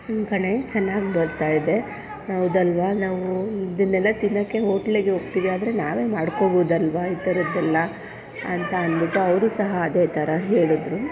ಹ್ಞೂಂ ಕಣೆ ಚೆನ್ನಾಗಿ ಬರ್ತಾಯಿದೆ ಹೌದಲ್ವ ನಾವು ಇದನ್ನೆಲ್ಲ ತಿನ್ನೋಕ್ಕೆ ಹೋಟ್ಲಿಗೆ ಹೋಗ್ತೀವಿ ಆದರೆ ನಾವೇ ಮಾಡ್ಕೊಳ್ಬೋದಲ್ವ ಈ ಥರದ್ದೆಲ್ಲ ಅಂತ ಅಂದ್ಬಿಟ್ಟು ಅವರು ಸಹ ಅದೇ ಥರ ಹೇಳಿದ್ರು